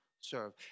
serve